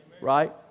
Right